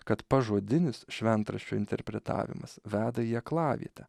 kad pažodinis šventraščio interpretavimas veda į aklavietę